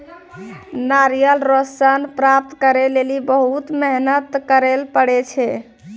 नारियल रो सन प्राप्त करै लेली बहुत मेहनत करै ले पड़ै छै